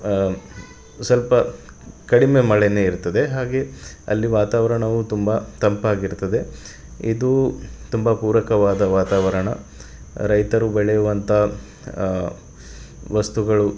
ಸಲ್ಪ ಕಡಿಮೆ ಮಳೆನೆ ಇರ್ತದೆ ಹಾಗೆ ಅಲ್ಲಿ ವಾತಾವರಣವು ತುಂಬ ತಂಪಾಗಿರ್ತದೆ ಇದು ತುಂಬ ಪೂರಕವಾದ ವಾತಾವರಣ ರೈತರು ಬೆಳೆಯುವಂಥ ವಸ್ತುಗಳು